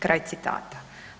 Kraj citata.